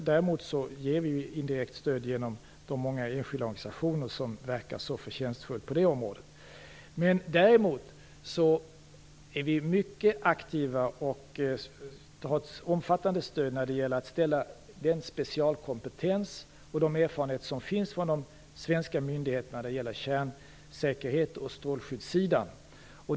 Däremot ger vi ett indirekt stöd genom de många enskilda organisationer som så förtjänstfullt verkar på det området. Vi är dock mycket aktiva och ger ett omfattande stöd när det gäller att ställa den specialkomptens och den erfarenhet av kärnsäkerhet och strålskydd som finns hos de svenska myndigheterna till förfogande.